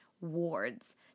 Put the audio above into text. wards